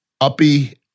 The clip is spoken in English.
uppy